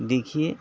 دیکھیے